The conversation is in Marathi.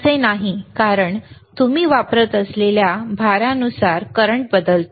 तसे नाही कारण तुम्ही वापरत असलेल्या भारानुसार करंट बदलतो